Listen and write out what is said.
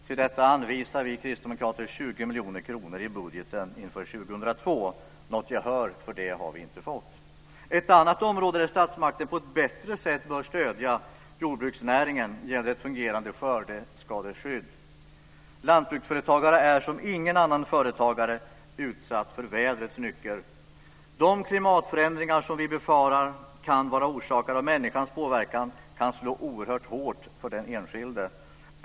Till detta anvisar vi kristdemokrater 20 miljoner kronor i budgeten inför 2002. Något gehör för det har vi inte fått. Ett annat område där statsmakten på ett bättre sätt bör stödja jordbruksnäringen är ett fungerande skördeskadeskydd. En lantbruksföretagare är som ingen annan företagare utsatt för vädrets nycker. De klimatförändringar som vi befarar kan vara orsakade av människans påverkan kan slå oerhört hårt för den enskilde.